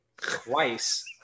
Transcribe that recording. Twice